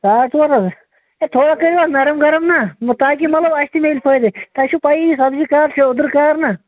ساڈ ژور ہتھ ہے تھوڑا کٔرِو حظ نرم گرم نا تاکہِ مطلب اَسہِ تہِ مٮ۪لہِ فٲیدٕ تۄہہِ چھُ پیی یہِ سبزی کار چھُ اوٚدُر کار نَہ